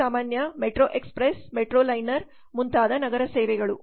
city ಸಾಮಾನ್ಯ metro express metro liner ಮುಂತಾದ ನಗರ ಸೇವೆಗಳು